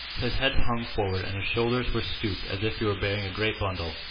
his head hung forward and his shoulders were stooped as if he were bearing a great bundle.